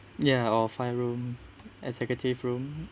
ya or find room executive room